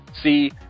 see